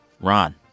Ron